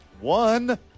One